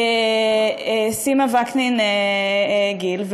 סימה ואקנין-גיל.